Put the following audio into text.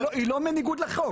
היא לא בניגוד לחוק.